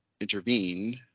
intervene